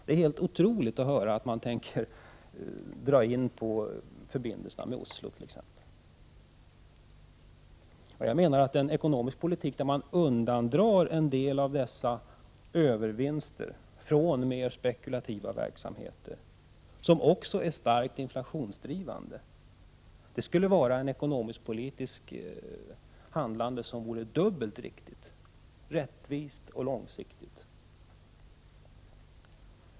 Det är helt otroligt att höra att man tänker dra in förbindelserna med Oslo t.ex. En ekonomisk politik där man undandrar en del av dessa övervinster från mer spekulativa verksamheter, som är så starkt inflationsdrivande, vore ett dubbelt riktigt, rättvist och långsiktigt ekonomiskt-politiskt handlande. Herr talman!